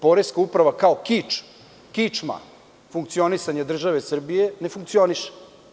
Poreska uprava kao kičma funkcionisanja države Srbije ne funkcioniše.